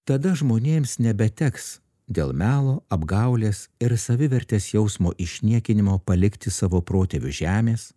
tada žmonėms nebeteks dėl melo apgaulės ir savivertės jausmo išniekinimo palikti savo protėvių žemes